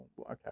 okay